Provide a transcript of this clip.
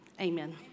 Amen